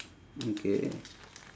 okay